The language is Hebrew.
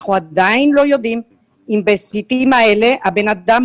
אנחנו עדיין לא יודעים אם ב-CT כזה הבן אדם